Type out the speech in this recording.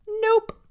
nope